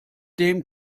dem